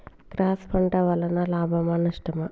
Cross పంట వలన లాభమా నష్టమా?